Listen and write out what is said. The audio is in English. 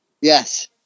Yes